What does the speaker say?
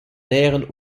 näheren